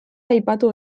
aipatu